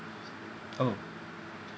oh